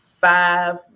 five